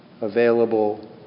available